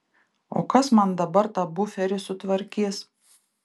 o kas man dabar tą buferį sutvarkys